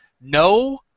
no